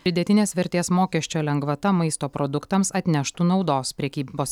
pridėtinės vertės mokesčio lengvata maisto produktams atneštų naudos prekybos